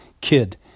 kid